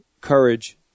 Courage